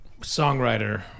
songwriter